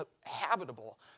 habitable